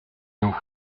nous